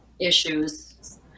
issues